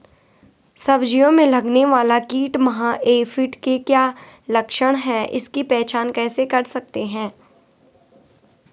सब्जियों में लगने वाला कीट माह एफिड के क्या लक्षण हैं इसकी पहचान कैसे कर सकते हैं?